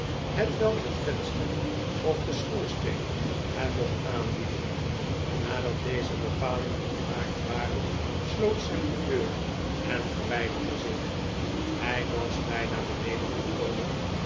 hetwelk het venster of de schoorsteen hem mocht aanbieden nadat deze bepalingen gemaakt waren sloot sam de deur en verwijderde zich hij was bijna beneden gekomen